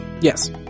Yes